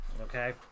Okay